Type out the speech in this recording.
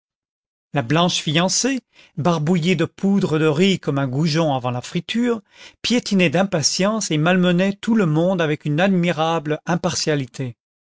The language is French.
la blanche fiancée barbouillée de poudre de riz comme un goujon avant la friture piétinait d'impatience et malmenait tout le monde avec'une admirable impartialité